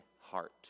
heart